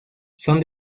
son